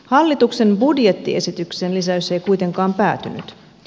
hallituksen budjettiesitykseen lisäys ei kuitenkaan päätynyt